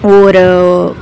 और